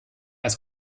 als